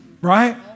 Right